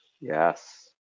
Yes